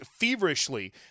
feverishly